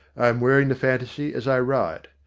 i am wearing the fantaisie as i write.